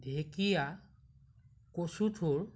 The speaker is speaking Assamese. ঢেকীয়া কচুথোৰ